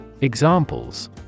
Examples